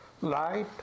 light